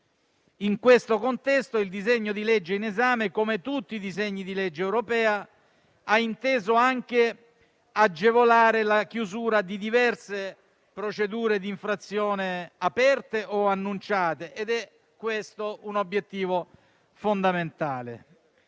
In questo contesto il disegno di legge in esame, come tutti i disegni di legge europea, ha inteso anche agevolare la chiusura di diverse procedure d'infrazione aperte o annunciate. Questo è un obiettivo fondamentale.